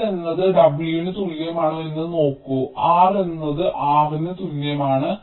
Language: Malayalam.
L എന്നത് w ന് തുല്യമാണോ എന്ന് നോക്കൂ R എന്നത് R⧠ ന് തുല്യമാണ്